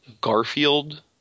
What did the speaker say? Garfield